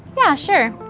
yeah sure,